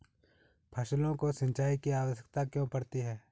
फसलों को सिंचाई की आवश्यकता क्यों पड़ती है?